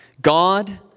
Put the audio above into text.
God